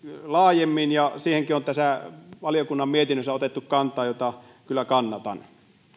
laajemmin ja siihenkin on tässä valiokunnan mietinnössä otettu kantaa jota kyllä kannatan